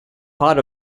part